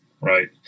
right